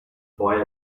boy